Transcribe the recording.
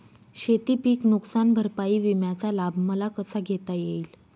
शेतीपीक नुकसान भरपाई विम्याचा लाभ मला कसा घेता येईल?